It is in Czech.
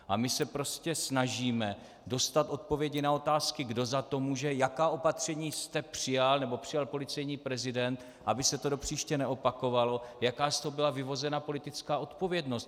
A my se prostě snažíme dostat odpovědi na otázky, kdo za to může, jaká opatření jste přijal, nebo přijal policejní prezident, aby se to do příště neopakovalo, jaká z toho byla vyvozena politická odpovědnost.